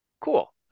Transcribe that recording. cool